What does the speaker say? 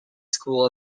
school